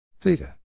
theta